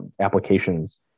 applications